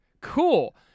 cool